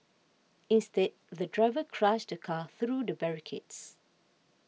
instead the driver crashed the car through the barricades